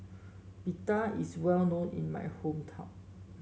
pita is well known in my hometown